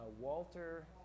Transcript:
Walter